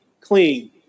clean